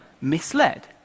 misled